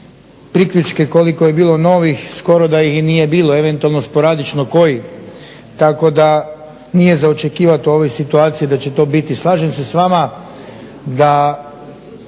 priključke koliko je bilo novih, skoro da ih i nije bilo, eventualno sporadično koji. Tako da nije za očekivati u ovoj situaciji da će to biti. Slažem se s vama da